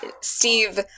Steve